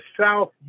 south